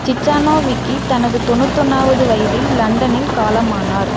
சீச்சனோ வீக்கி தனது தொண்ணூத்தொன்னாவது வயதில் லண்டனில் காலமானார்